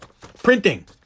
Printing